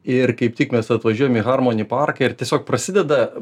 ir kaip tik mes atvažiuojam į harmoni parką ir tiesiog prasideda